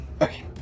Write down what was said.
Okay